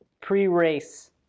pre-race